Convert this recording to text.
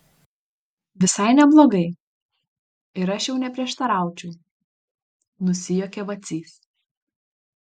visai neblogai ir aš jau neprieštaraučiau nusijuokė vacys